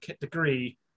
degree